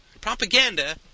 Propaganda